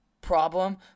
problem